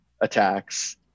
attacks